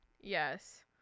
Yes